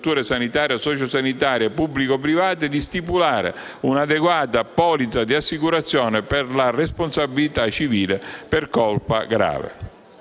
sanitarie o sociosanitarie, pubbliche o private, di stipulare un'adeguata polizza di assicurazione per la responsabilità civile per colpa grave.